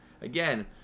Again